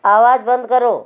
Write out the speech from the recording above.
आवाज़ बंद करो